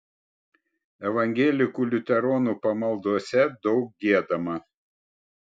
evangelikų liuteronų pamaldose daug giedama